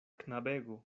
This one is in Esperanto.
knabego